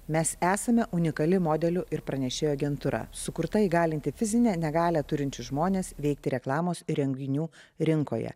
mes esame unikali modelių ir pranešėjų agentūra sukurta įgalinti fizinę negalią turinčius žmones veikti reklamos įrenginių rinkoje